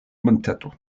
monteto